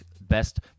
best